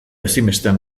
ezinbestean